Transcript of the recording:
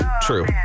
True